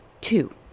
two